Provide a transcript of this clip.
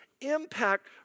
impact